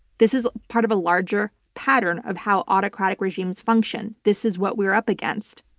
this is part of a larger pattern of how autocratic regimes function. this is what we're up against.